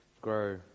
grow